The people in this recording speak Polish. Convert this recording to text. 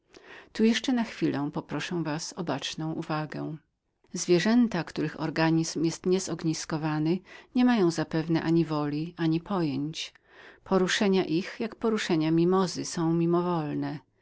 tu jeszcze na chwilę poproszę was o baczną uwagę zwierzęta których organizm jest całkiem pomieszany nie mają zapewne ani woli ani pojęć poruszenia ich jak czułodrzewu są pomimowolne